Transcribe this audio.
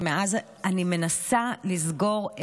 ומאז אני מנסה לסגור,